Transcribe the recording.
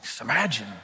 Imagine